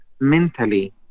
mentally